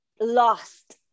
lost